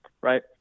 right